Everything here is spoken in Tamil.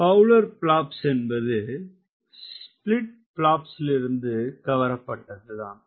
பவுலர் பிளாப்ஸ் என்பது ஸ்பிளிட் பிளாப்ஸிலிருந்து கவரப்பட்டது தான்